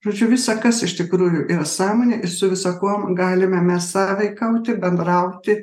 žodžiu visa kas iš tikrųjų yra sąmonė ir su visa kuom galime mes sąveikauti bendrauti